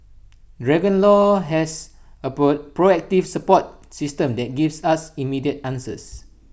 dragon law has A proactive support system that gives us immediate answers